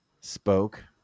spoke